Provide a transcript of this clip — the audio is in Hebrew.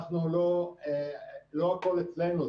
לא הכול אצלנו.